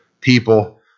people